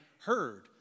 heard